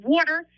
Water